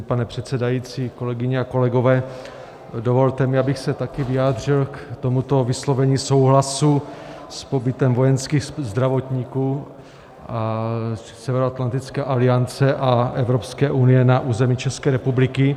Vážený pane předsedající, kolegyně a kolegové, dovolte mi, abych se také vyjádřil k tomuto vyslovení souhlasu s pobytem vojenských zdravotníků Severoatlantické aliance a Evropské unie na území České republiky.